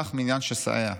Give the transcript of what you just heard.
כך מניין שסעיה.